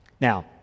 Now